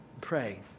Pray